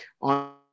on